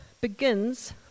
begins